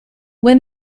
when